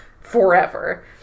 forever